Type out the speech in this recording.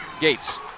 Gates